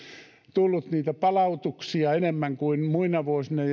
tullut niitä palautuksia enemmän kuin muina vuosina